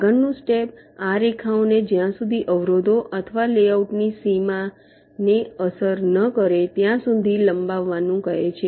આગળનું સ્ટેપ આ રેખાઓને જ્યાં સુધી અવરોધો અથવા લેઆઉટની સીમાને અસર ન કરે ત્યાં સુધી લંબાવવાનું કહે છે